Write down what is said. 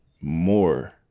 more